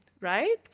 right